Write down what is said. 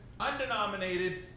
undenominated